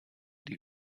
die